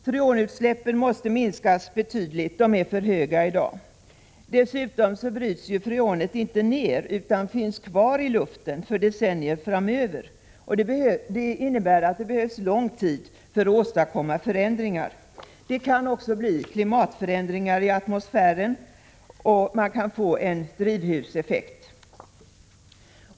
Freonutsläppen måste minskas betydligt. De är för stora i dag. Dessutom bryts freonet inte ned utan finns kvar i luften för decennier framöver. Det innebär att det behövs lång tid för att åstadkomma förändringar. Det kan också uppstå klimatförändringar i atmosfären, man kan få en drivhuseffekt.